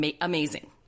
amazing